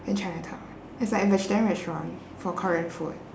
near chinatown it's like a vegetarian restaurant for korean food